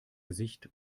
gesicht